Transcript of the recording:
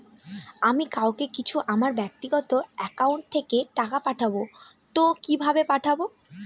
আমি কাউকে কিছু আমার ব্যাক্তিগত একাউন্ট থেকে টাকা পাঠাবো তো কিভাবে পাঠাবো?